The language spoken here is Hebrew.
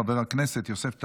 חבר הכנסת יוסף טייב,